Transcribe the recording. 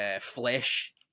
flesh